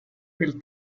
del